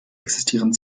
existieren